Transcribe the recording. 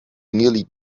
nearly